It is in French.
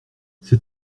c’est